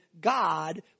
God